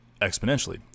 exponentially